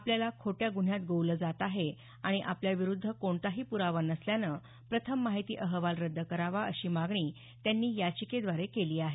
आपल्याला खोट्या गुन्ह्यात गोवलं जात आहे आणि आपल्या विरुद्ध कोणताही पुरावा नसल्यानं प्रथम माहिती अहवाल रद्द करावा अशी मागणी त्यांनी याचिकेद्वारे केली आहे